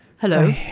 hello